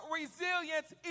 resilience